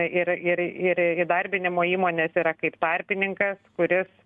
ir ir ir įdarbinimo įmonės yra kaip tarpininkas kuris